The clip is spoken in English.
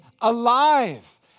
alive